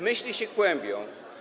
Myśli się kłębią.